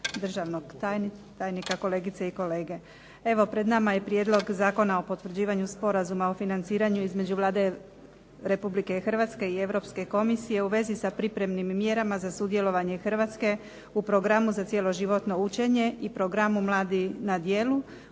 i kohezijske politike Europske unije. Ovaj prijedlog zakona o potvrđivanju Sporazuma o financiranju između Vlade Republike Hrvatske i Europske komisije u vezi s pripremnim mjerama za sudjelovanje Hrvatske u Programu za cjeloživotno učenje i programi Mladi na djelu